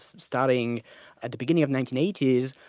starting at the beginning of nineteen eighty s,